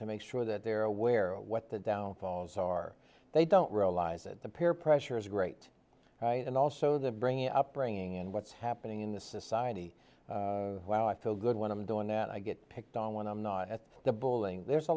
to make sure that they're aware of what the downfalls are they don't realize that the peer pressure is great right and also the bringing up bringing in what's happening in the society while i feel good when i'm doing that i get picked on when i'm not at the bowling there's a